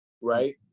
Right